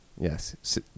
yes